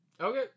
Okay